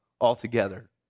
altogether